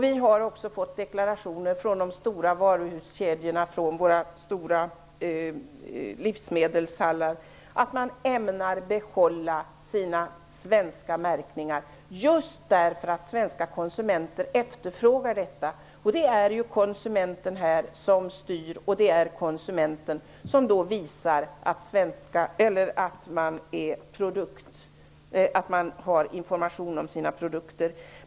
Vi har också fått deklarationer från de stora varuhuskedjorna och våra stora livmedelshallar att de ämnar behålla sina svenska märkningar just därför att svenska konsumenter efterfrågar detta. Det är konsumenten som styr, och det är konsumenten som visar att man vill ha information om sina produkter.